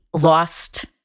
lost